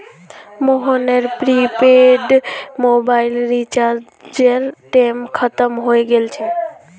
मोहनेर prepaid mobile रीचार्जेर time खत्म हय गेल छे